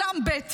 באולם ב',